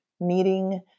meeting